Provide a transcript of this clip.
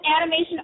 Animation